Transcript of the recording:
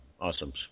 awesome